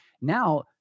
Now